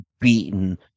beaten